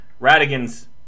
Radigan's